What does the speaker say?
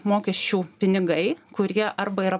mokesčių pinigai kurie arba yra